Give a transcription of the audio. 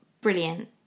brilliant